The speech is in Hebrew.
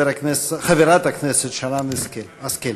חברת הכנסת שרן השכל.